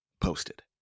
posted